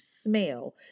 smell